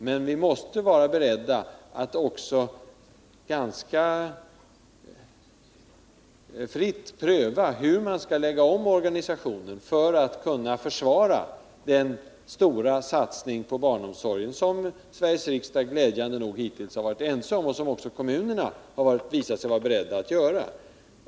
Men vi måste vara beredda att också ganska fritt pröva, hur man skall lägga om organisationen för att kunna försvara den stora satsning på barnomsorgen som Sveriges riksdag glädjande nog hittills har varit ense om och som också kommunerna har visat sig vara beredda till.